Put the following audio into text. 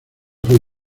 fui